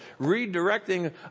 redirecting